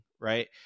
right